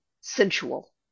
sensual